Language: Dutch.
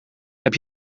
heb